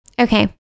Okay